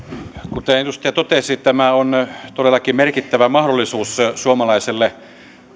kuten edustaja totesi tämä on todellakin merkittävä mahdollisuus suomalaiselle